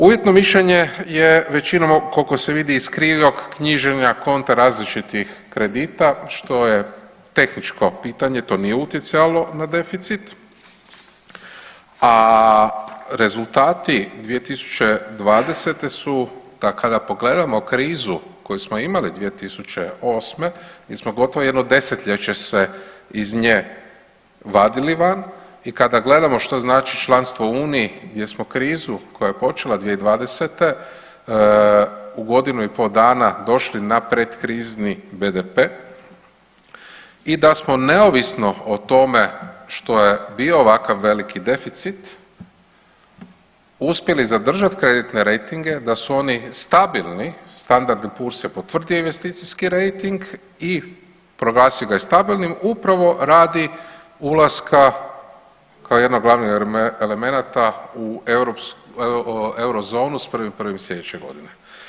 Uvjetno mišljenje je većinom koliko se vidi iz krivog knjiženja konta različitih kredita što je tehničko pitanje to nije utjecalo na deficit, a rezultati su 2020. da kada pogledamo krizu koju smo imali 2008. mi smo gotovo jedno desetljeće iz nje se vadili van i kada gledamo što znači članstvo u uniji gdje smo krizu koja je počela 2020. u godinu i po dana došli na predkrizni BDP i da smo neovisno o tome što je bio ovakav veliki deficit uspjeli zadržati kreditne rejtinge da su oni stabilni, Standard & Puoors je potvrdio investicijski rejting i proglasio ga je stabilnim upravo radi ulaska kao jednog od glavnih elemenata u eurozonu s 1.1. slijedeće godine.